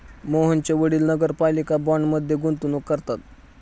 मोहनचे वडील नगरपालिका बाँडमध्ये गुंतवणूक करतात